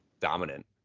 dominant